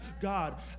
God